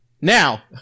Now